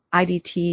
IDT